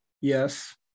Yes